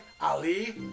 Ali